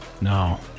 No